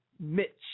Mitch